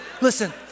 listen